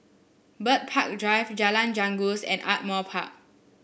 Bird Park Drive Jalan Janggus and Ardmore Park